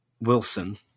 wilson